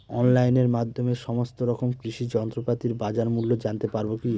অনলাইনের মাধ্যমে সমস্ত রকম কৃষি যন্ত্রপাতির বাজার মূল্য জানতে পারবো কি?